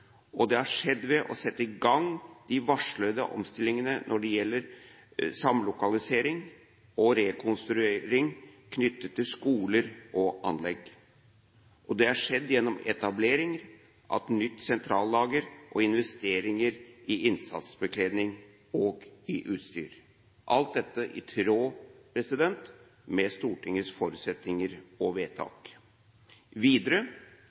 og det har skjedd ved å sette i gang de varslede omstillingene når det gjelder samlokalisering og rekonstruering knyttet til skoler og anlegg, etableringen av nytt sentrallager og investeringer i innsatsbekledning og utstyr. Alt dette er i tråd med Stortingets forutsetninger og vedtak. Videre: